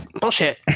bullshit